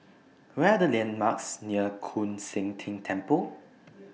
What Are The landmarks near Koon Seng Ting Temple